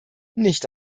nicht